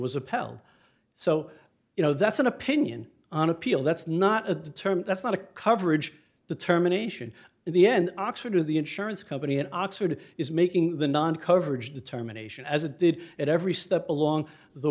was upheld so you know that's an opinion on appeal that's not a term that's not a coverage determination in the end oxford is the insurance company in oxford is making the non coverage determination as it did at every step along the